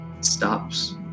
stops